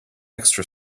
extra